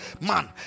man